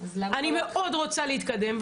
אני מאוד רוצה להתקדם,